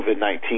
COVID-19